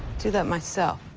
do that myself.